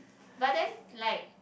but then like